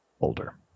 older